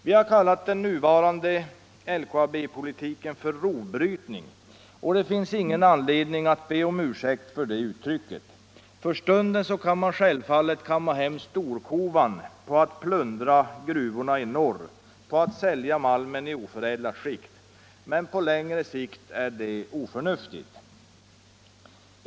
Vi har kallat den nuvarande LKAB-politiken för rovbrytning, och det finns ingen anledning att be om ursäkt för detta uttryck. För stunden kan man självfallet kamma hem storkovan på att plundra gruvorna, på att sälja malmen i oförädlat skick. Men på längre sikt är det oförnuftigt.